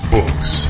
Books